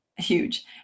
huge